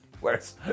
whereas